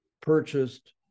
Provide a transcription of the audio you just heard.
purchased